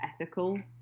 ethical